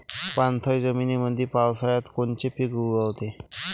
पाणथळ जमीनीमंदी पावसाळ्यात कोनचे पिक उगवते?